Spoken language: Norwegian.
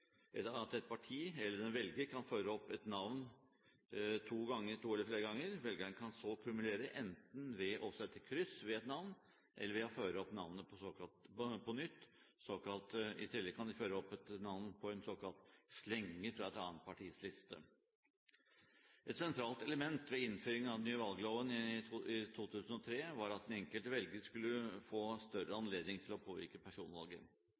et parti eller en velger kan føre opp et navn to eller flere ganger. Velgerne kan så kumulere, enten ved å sette kryss ved et navn eller ved å føre navnet opp på nytt. I tillegg kan de føre opp et navn, en såkalt slenger, fra et annet partis liste. Et sentralt element ved innføringen av den nye valgloven i 2003 var at den enkelte velger skulle få større anledning til å påvirke personvalget.